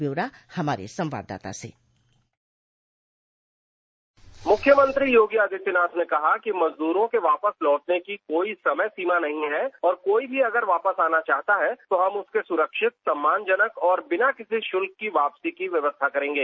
ब्यौरा हमारे संवाददाता से डिस्पैच मुख्यमंत्री योगी आदित्यनाथ ने कहा कि मजदूरों के वापस लौटने की कोई समय सीमा नहीं है और कोई भी अगर वापस आना चाहता है तो हम उसके सुरक्षित सम्मानजनक और बिना किसी शुल्क की वापसी की व्यवस्था करेंगे